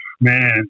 man